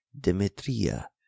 Demetria